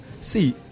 see